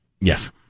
Yes